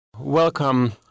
Welcome